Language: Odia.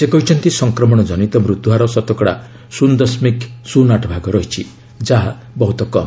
ସେ କହିଛନ୍ତି ସଂକ୍ରମଣଜନିତ ମୃତ୍ୟୁ ହାର ଶତକଡ଼ା ଶ୍ଚନ ଦଶମିକ ଶ୍ଚନ ଆଠ ଭାଗ ରହିଛି ଯାହା ବହୁତ କମ୍